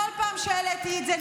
בכל פעם שהעליתי את זה,